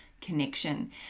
connection